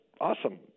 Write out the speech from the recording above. awesome